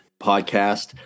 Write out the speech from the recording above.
podcast